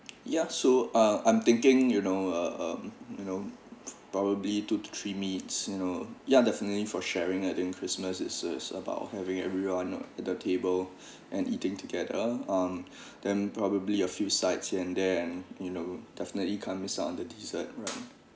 ya so uh I'm thinking you know uh um you know probably two to three meats you know yeah definitely for sharing I think christmas is is about having everyone on at the table and eating together um then probably a few sides here and there you know definitely can't miss out on the dessert right